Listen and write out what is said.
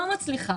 לא מצליחה,